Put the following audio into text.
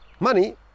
Money